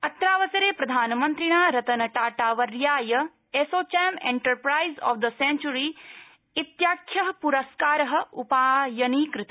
अत्रावसरे प्रधानमन्त्रिणा रतन टाटा वर्याय ASSOCHAM enterprise of the century इत्याख्य प्रस्कार उपायनीकृत